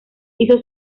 hizo